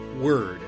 word